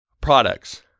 products